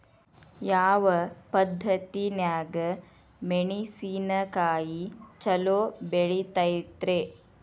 ಯಾವ ಪದ್ಧತಿನ್ಯಾಗ ಮೆಣಿಸಿನಕಾಯಿ ಛಲೋ ಬೆಳಿತೈತ್ರೇ?